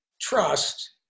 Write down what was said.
trust